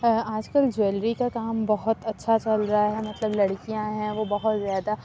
آج کل جویلری کا کام بہت اچھا چل رہا ہے مطلب لڑکیاں ہیں وہ بہت زیادہ